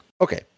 Okay